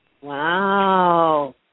Wow